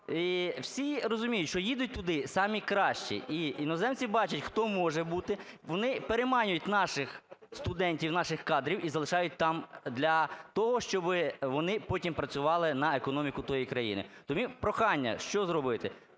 І всі розуміють, що їдуть туди самі кращі. І іноземці бачать, хто може бути. Вони переманюють наших студентів, наші кадри і залишають там для того, щоби вони потім працювали на економіку тої країни. То… прохання що зробити?